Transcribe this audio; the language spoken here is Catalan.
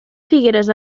figueres